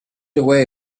away